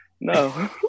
No